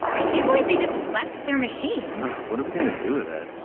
i can't believe they just left their machine what are we going to do with it?